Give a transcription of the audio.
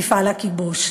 מפעל הכיבוש.